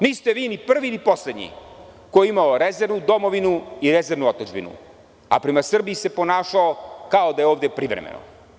Niste vi ni prvi ni poslednji koji je imao rezervnu domovinu i rezervnu otadžbinu, a prema Srbiji se ponašao kao da je ovde privremeno.